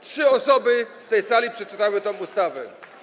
Trzy osoby na tej sali przeczytały tę ustawę.